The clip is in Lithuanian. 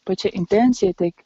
pačia intencija tiek